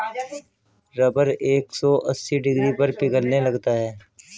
rubber एक सौ अस्सी डिग्री पर पिघलने लगता है